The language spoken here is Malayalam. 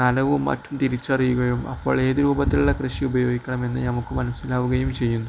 നനവും മറ്റും തിരിച്ചറിയുകയും അപ്പോൾ ഏത് രൂപത്തിലുള്ള കൃഷി ഉപയോഗിക്കണമെന്ന് നമുക്ക് മനസ്സിലാവുകയും ചെയ്യുന്നു